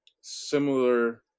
similar